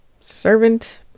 servant